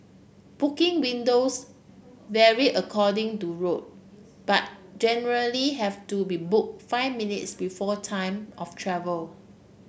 booking windows vary according to route but generally have to be book five minutes before time of travel